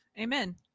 Amen